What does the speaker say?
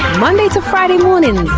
monday to friday mornings